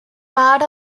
part